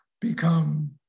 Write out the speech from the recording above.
become